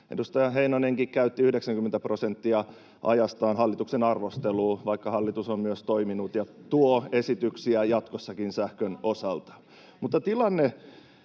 Edustaja Heinonenkin käytti 90 prosenttia ajastaan hallituksen arvosteluun, [Timo Heinonen: Oikeassa suhteessa!] vaikka hallitus on myös toiminut ja tuo esityksiä jatkossakin sähkön osalta.